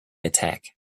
attack